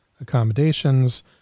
accommodations